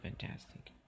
fantastic